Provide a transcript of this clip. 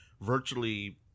virtually